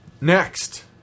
Next